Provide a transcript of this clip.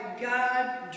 God